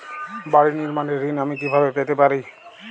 বাড়ি নির্মাণের ঋণ আমি কিভাবে পেতে পারি?